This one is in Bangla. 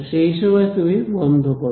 সেই সময় তুমি বন্ধ করো